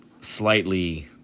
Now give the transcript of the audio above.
slightly